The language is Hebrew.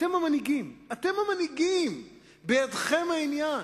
אתם המנהיגים, בידיכם העניין.